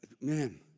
Man